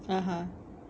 (uh huh)